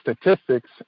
statistics